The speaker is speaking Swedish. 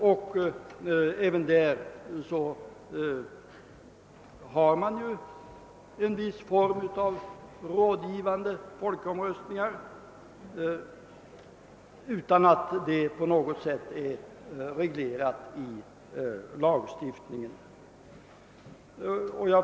Även på kommunalplanet finns nu en viss form av rådgivande folkomröstning utan att institutet dock på något sätt är reglerat i lagstiftningen.